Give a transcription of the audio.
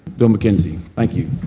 bill mckenzie. thank you.